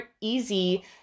easy